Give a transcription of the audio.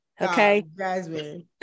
okay